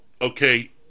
okay